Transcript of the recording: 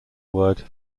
word